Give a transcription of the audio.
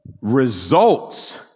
results